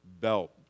belt